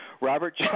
Robert